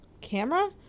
camera